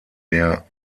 der